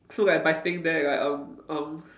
so that by staying there like um um